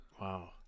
wow